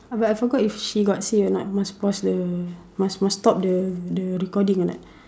but I forgot if she got say or not must pause the must must stop the recording or not